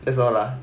that's all lah